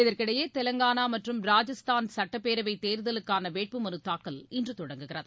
இதற்கிடையே தெலங்கானாமற்றும் ராஜஸ்தான் சட்டப்பேரவைத் தேர்தலுக்கானவேட்புமனுதாக்கல் இன்றுதொடங்குகிறது